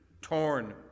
torn